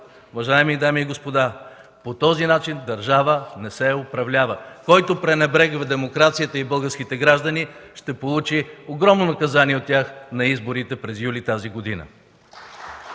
уважаеми дами и господа, по този начин държава не се управлява. Който пренебрегва демокрацията и българските граждани, ще получи огромно наказание от тях на изборите през юли тази година.